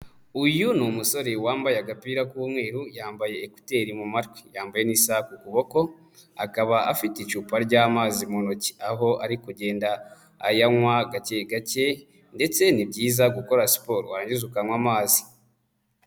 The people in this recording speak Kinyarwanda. Uyu ni umusore wambaye agapira k'umweru, yambaye ekuteri mu matwi, yambaye n'isaha ku kuboko, akaba afite icupa ry'amazi mu ntoki aho ari kugenda ayanywa gake gake ndetse ni byiza gukora siporo wangiza ukanywa amazi.